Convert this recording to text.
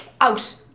out